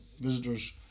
visitors